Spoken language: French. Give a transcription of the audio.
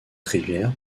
rivière